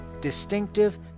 Distinctive